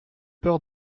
peur